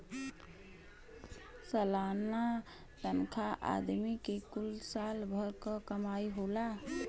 सलाना तनखा आदमी के कुल साल भर क कमाई होला